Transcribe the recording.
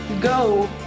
go